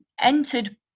entered